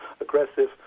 aggressive